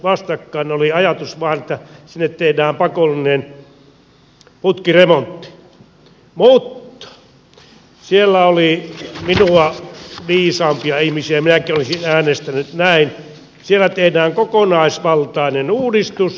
vastakkain oli ajatus että sinne tehdään pakollinen putkiremontti mutta siellä oli minua viisaampia ihmisiä minäkin olisin äänestänyt näin ja siellä tehdään kokonaisvaltainen uudistus